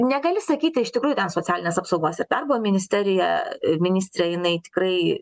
negali sakyti iš tikrųjų ten socialinės apsaugos ir darbo ministerija ministrė jinai tikrai